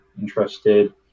interested